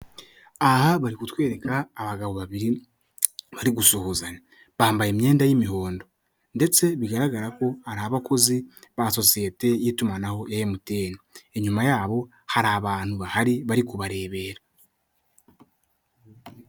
Aha bari kutwereka abagabo babiri bari gusuhuzanya, bambaye imyenda y'imihondo ndetse bigaragara ko ari abakozi ba sosiyete y'itumanaho ya Emutiyeni. Inyuma yabo hari abantu bahari bari kubarebera.